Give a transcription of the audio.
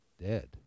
dead